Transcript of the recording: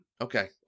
Okay